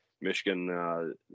Michigan